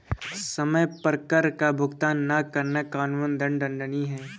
समय पर कर का भुगतान न करना कानून द्वारा दंडनीय है